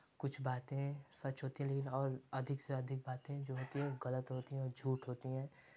कुछ बातें सच होती हैं लेकिन और अधिक से अधिक बातें जो होती हैं गलत होती हैं और झूठ होती हैं